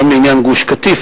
גם לעניין גוש-קטיף,